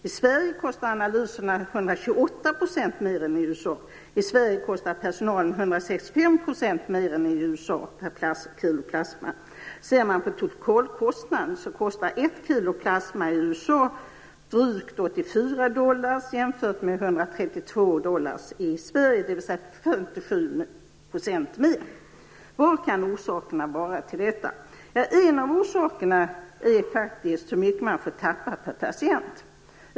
I Sverige kostar analyserna 128 % mer än i USA. I Sverige kostar personalen 165 % mer än i USA per kilo plasma. Ser man på totalkostnaden ser man att ett kilo plasma i USA kostar drygt 84 dollar, jämfört med 132 dollar i Sverige, dvs. 57 % mer. Vad kan orsakerna vara till detta? En av orsakerna är fakiskt bestämmelserna om hur mycket man får tappa per patient.